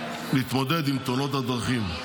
ולהתמודד עם תאונות הדרכים.